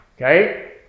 okay